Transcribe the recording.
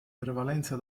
prevalenza